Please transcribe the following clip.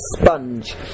sponge